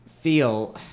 feel